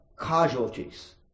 casualties